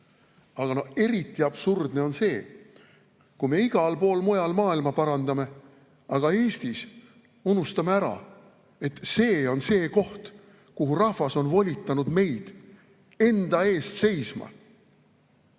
Aga eriti absurdne on see, kuidas me igal pool mujal maailma parandame, aga Eestis unustame ära, et see on see koht, kus rahvas on volitanud meid enda eest seisma.